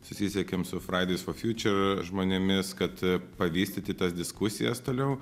susisiekėm su fraidis of fjūčer žmonėmis kad pavystyti tas diskusijas toliau